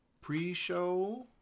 pre-show